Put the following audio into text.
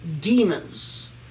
demons